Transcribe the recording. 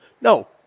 No